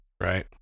right